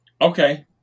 Okay